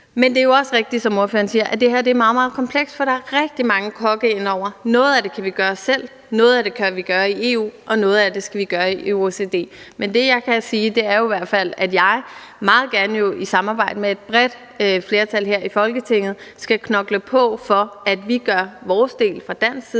Men det er jo også rigtigt, som ordføreren siger, at det her er meget, meget komplekst, for der er rigtig mange kokke indeover. Noget af det kan vi gøre selv, noget af det kan vi gøre i EU, og noget af det skal vi gøre i OECD, men det, jeg i hvert fald kan sige, er, at jeg meget gerne i samarbejde med et bredt flertal her i Folketinget skal knokle på for, at vi gør vores del fra dansk side